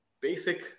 basic